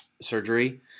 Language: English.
surgery